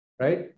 right